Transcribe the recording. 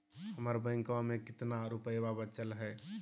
हमर बैंकवा में कितना रूपयवा बचल हई?